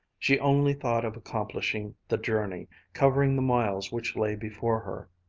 she only thought of accomplishing the journey, covering the miles which lay before her.